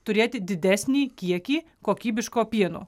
turėti didesnį kiekį kokybiško pieno